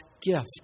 gift